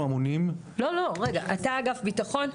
אתה אגף ביטחון?